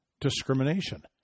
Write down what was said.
discrimination